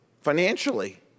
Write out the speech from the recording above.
financially